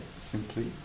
simply